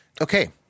Okay